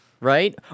Right